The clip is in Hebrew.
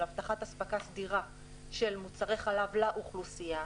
הבטחת אספקה סדירה של מוצרי חלב לאוכלוסייה.